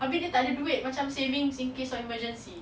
abeh dia tak duit macam savings in case of emergency